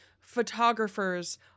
photographers